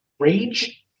Rage